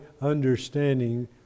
understanding